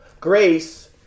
Grace